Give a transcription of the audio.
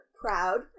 proud